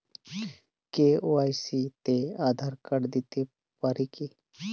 KYC তে Aadhaar card দিতে পারি কি?